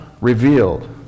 revealed